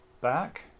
back